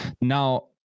Now